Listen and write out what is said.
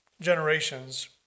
generations